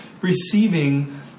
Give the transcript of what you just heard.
receiving